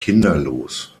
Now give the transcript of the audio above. kinderlos